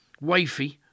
Wifey